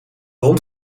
hond